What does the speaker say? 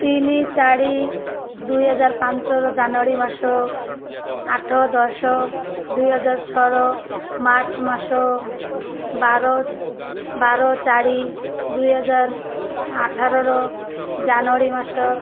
ତିନି ଚାରି ଦୁଇ ହଜାର ପାଞ୍ଚର ଜାନୁଆରୀ ମାସ ଆଠ ଦଶ ଦୁଇ ହଜାର ଛଅର ମାର୍ଚ୍ଚ ମାସ ବାର ବାର ଚାରି ଦୁଇ ହଜାର ଅଠରର ଜାନୁଆରୀ ମାସ